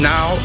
Now